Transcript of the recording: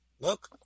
Look